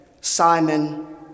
Simon